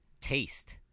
taste